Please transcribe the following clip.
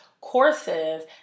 courses